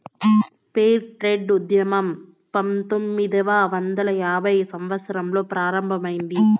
fair trade ఉద్యమం పంతొమ్మిదవ వందల యాభైవ సంవత్సరంలో ప్రారంభమైంది